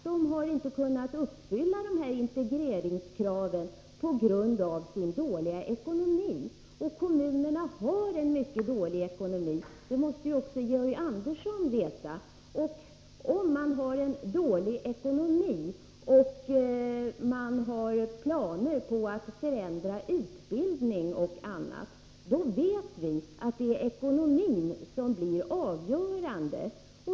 De har inte kunnat uppfylla integreringskraven på grund av sin dåliga ekonomi. Och kommunerna har en mycket dålig ekonomi — det måste Georg Andersson veta. Om man har en dålig ekonomi samtidigt som man har planer på att förändra utbildning och annat vet vi att det är ekonomin som blir avgörande.